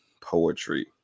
poetry